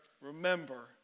Remember